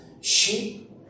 sheep